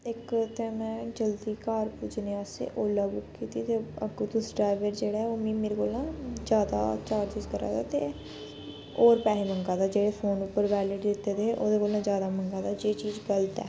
इक ते में जल्दी घर पुज्जने आस्तै ओला बुक कीती ते अग्गुं तुस ड्रैवर जेह्ड़ा ऐ ओह् मिगी मेरे कोला ज्यादा चार्जिस करा दा ते होर पैहे मंगा दा जेह्ड़े फोन उप्पर गल्ल कीते दे हे ओह्दे कोला ज्यादा मंगा दा जे चीज गलत ऐ